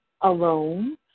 alone